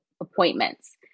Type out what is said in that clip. appointments